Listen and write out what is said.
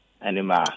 Animal